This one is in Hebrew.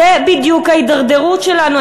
זו בדיוק ההידרדרות שלנו,